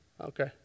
Okay